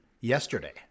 yesterday